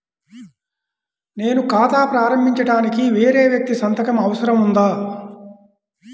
నేను ఖాతా ప్రారంభించటానికి వేరే వ్యక్తి సంతకం అవసరం ఉందా?